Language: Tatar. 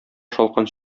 шалкан